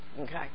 Okay